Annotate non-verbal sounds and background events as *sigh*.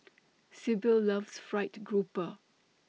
*noise* Sibyl loves Fried Grouper